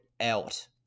out